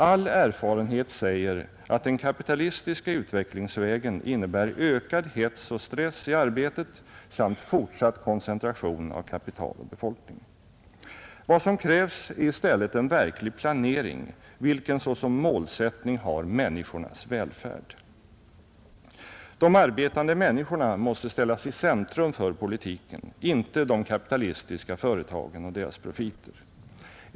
All erfarenhet säger att den kapitalistiska utvecklingsvägen innebär ökad hets och stress i arbetet samt fortsatt koncentration av kapital och befolkning. Vad som krävs är i stället en verklig planering vilken såsom målsättning har människornas välfärd. De arbetande människorna måste ställas i centrum för politiken, inte de kapitalistiska företagen och deras profiter.